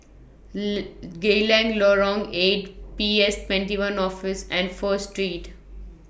Geylang Lorong eight P S twenty one Office and First Street